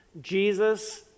jesus